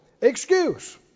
excuse